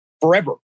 forever